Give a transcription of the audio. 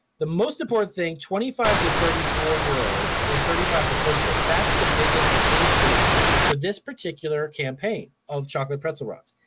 the most important thing, twenty five to thirty four year olds and thirty five to forty four, that's the biggest age group for this particular campaign of chocolate pretzel rods.